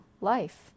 life